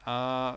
ah